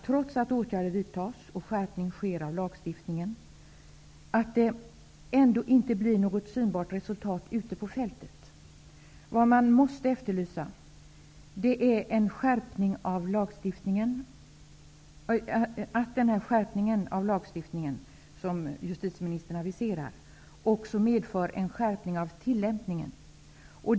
Trots att åtgärder vidtas och skärpning sker av lagstiftningen är man ändå litet orolig för att det inte skall bli något synbart resultat ute på fältet. Man måste efterlysa att den skärpning av lagstiftningen som justitieministern aviserar även skall medföra en skärpning av tillämpningen.